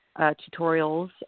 tutorials